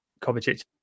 Kovacic